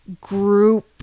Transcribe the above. group